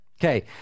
Okay